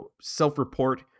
self-report